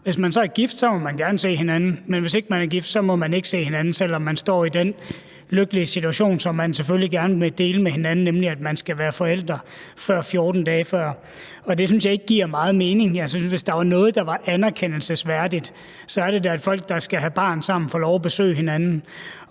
Hvis man så er gift, må man gerne se hinanden, men hvis ikke man er gift, må man ikke se hinanden, selv om man står i den lykkelige situation, som man selvfølgelig gerne vil dele med hinanden, nemlig at man skal være forældre, før 14 dage før, og det synes jeg ikke giver meget mening. Jeg synes, at hvis der var noget, der var anerkendelsesværdigt, så var det da, at folk, der skal have barn sammen, får lov at besøge hinanden,